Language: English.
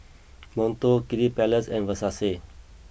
Monto Kiddy Palace and Versace